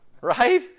Right